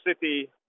City